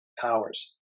powers